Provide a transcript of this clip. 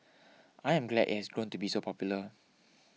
I am glad it has grown to be so popular